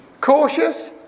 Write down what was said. Cautious